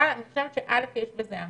אבל אני חושבת: (א) יש בזה אמירה,